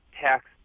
tax